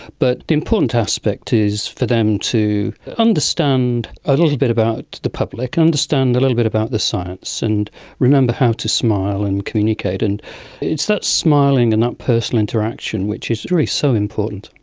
but the important aspect is for them to understand a little bit about the public, understand a little bit about the science and remember how to smile and communicate. and it's that smiling and ah personal interaction which is really so important.